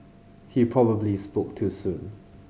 he probably spoke too soon